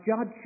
judge